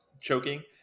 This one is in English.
choking